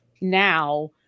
now